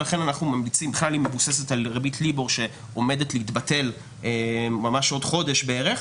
היא מבוססת על ריבית ליבור שעומדת להתבטל בעוד חודש בערך,